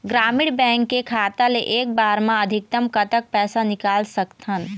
ग्रामीण बैंक के खाता ले एक बार मा अधिकतम कतक पैसा निकाल सकथन?